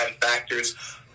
factors